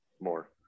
more